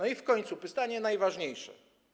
I w końcu pytanie najważniejsze.